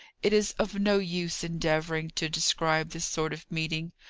it is of no use endeavouring to describe this sort of meeting.